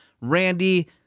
Randy